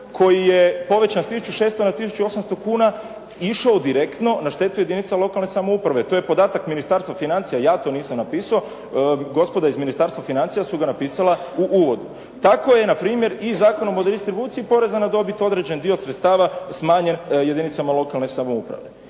koji je povećan sa 1600 na 1800 kuna išao direktno na štetu jedinica lokalne samouprave to je podatak Ministarstva financija, ja to nisam napisao. Gospoda iz Ministarstva financija su ga napisala u uvodu. Tako je npr. i Zakonom o …/Govornik se ne razumije./… poreza na dobit određen dio sredstava smanjen jedinicama lokalne samouprave.